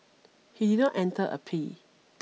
he did not enter a P